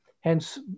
Hence